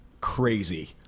crazy